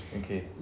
okay